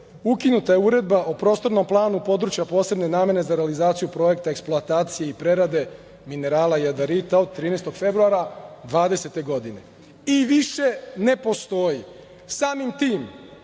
ukinuta je uredba o prostornom planu područja posebne namene za realizaciju projekta, eksploatacije i prerade minerala jadarita od 13. februara 2020. godine.I više ne postoji, samim tim,